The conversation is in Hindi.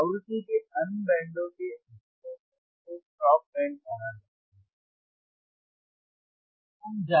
आवृत्ति के अन्य बैंडों के अटेनुएश को स्टॉप बैंड कहा जाता है